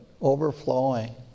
overflowing